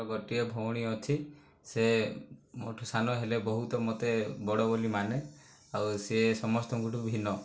ଗୋଟିଏ ଭଉଣୀ ଅଛି ସେ ମୋ ଠୁ ସାନ ହେଲେ ବହୁତ ମୋତେ ବଡ଼ ବୋଲି ମାନେ ଆଉ ସେ ସମସ୍ତଙ୍କଠୁ ଭିନ୍ନ